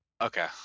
Okay